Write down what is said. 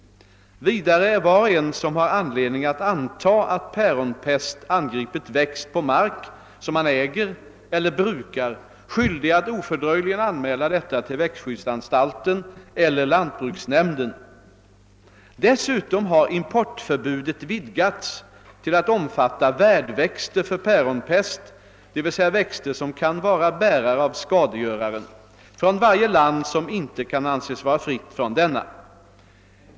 Vidare är var och en som har anledning att anta att päronpest angripit växt på mark som han äger eller brukar skyldig att ofördröjligen anmäla detta till växtskyddsanstalten eller lantbruksnämnden. Dessutom har importförbudet vidgats till att omfatta värdväxter för päronpest, d.v.s. växter som kan vara bärare av skadegöraren, från varje land som inte kan anses vara fritt från denna.